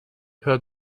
hört